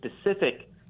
specific